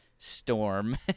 storm